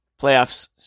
playoffs